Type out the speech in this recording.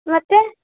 ಮತ್ತೆ